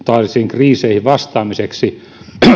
kriiseihin vastaamiseksi